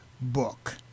book